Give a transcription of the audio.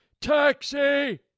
taxi